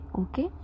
okay